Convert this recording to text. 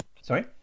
Sorry